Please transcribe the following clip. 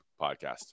podcast